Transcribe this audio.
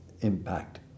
impact